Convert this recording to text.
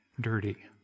dirty